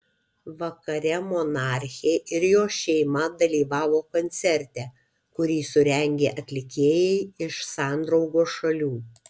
vakare monarchė ir jos šeima dalyvavo koncerte kurį surengė atlikėjai iš sandraugos šalių